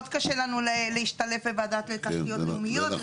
מאוד קשה לנו להשתלב בוועדת תשתיות לאומיות.